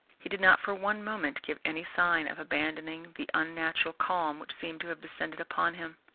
he did not for one moment give any sign of abandoning the unnatural calm which seemed to have descended upon him.